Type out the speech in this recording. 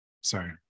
Sorry